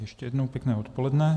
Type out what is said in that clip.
Ještě jednou pěkné odpoledne.